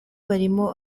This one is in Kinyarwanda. barimo